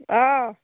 অঁ